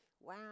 Wow